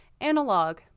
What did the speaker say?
Analog